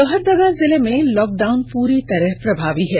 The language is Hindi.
लोहरदगा जिला मे लॉकडाउन प्री तरह प्रभावी है